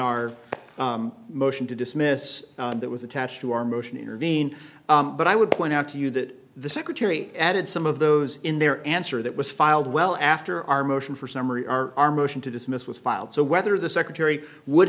our motion to dismiss that was attached to our motion intervene but i would point out to you that the secretary added some of those in their answer that was filed well after our motion for summary our motion to dismiss was filed so whether the secretary would